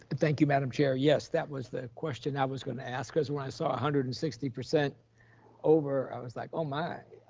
thank you, madam chair. yes, that was the question i was gonna ask cause when i saw one hundred and sixty percent over, i was like, oh, my,